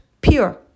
pure